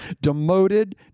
demoted